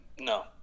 no